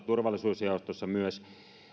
turvallisuusjaostossa myös